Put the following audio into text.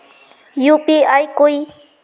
UPI कोई